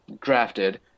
drafted